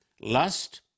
lust